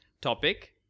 topic